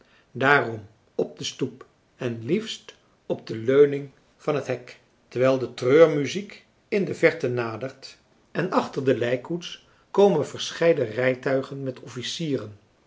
daarom op de stoep en liefst op de leuning van het hek terwijl de treurmuziek in de verte nadert en achter de lijkkoets komen verscheiden rijtuigen met officieren